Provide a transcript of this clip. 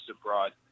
abroad